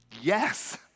Yes